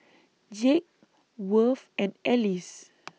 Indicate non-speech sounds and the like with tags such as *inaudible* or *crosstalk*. Jake Worth and Alyce *noise*